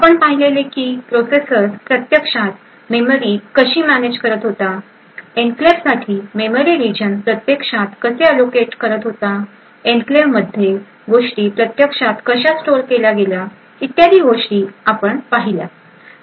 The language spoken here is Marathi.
आपण पाहिलेले की प्रोसेसर्स प्रत्यक्षात मेमरी कशी मॅनेज करत होता एन्क्लेव्हसाठी मेमरी रीजन प्रत्यक्षात कसे अलोकेट करत होता एन्क्लेव्हमध्ये गोष्टी प्रत्यक्षात कशा स्टोअर केल्या गेल्या इत्यादी गोष्टी आपण पाहिल्या